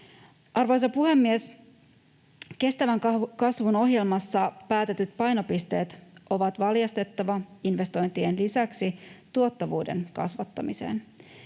Arvoisa puhemies! Kestävän kasvun ohjelmassa päätetyt painopisteet on valjastettava investointien lisäksi tuottavuuden kasvattamiseen.